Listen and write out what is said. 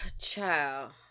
child